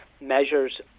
measures